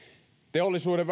teollisuuden